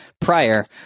prior